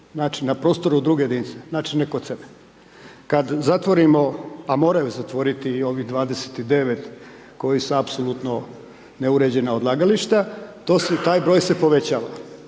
znači na prostoru druge jedinice, znači, ne kod sebe. Kad zatvorimo, a moraju zatvoriti ovih 29 koji su apsolutno neuređena odlagališta, to se taj broj se povećava.